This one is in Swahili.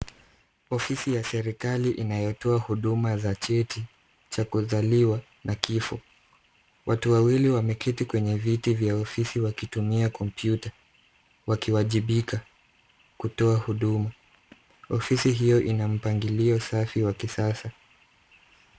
Ofisi ya serikali inayotoa huduma za cheti cha kuzaliwa na kifo. Watu wawili wameketi kwenye viti vya ofisi wakitumia kompyuta wakiwajibika kutoa huduma. Ofisi hiyo ina mpangilio safi wa kisasa.